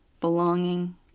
belonging